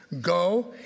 Go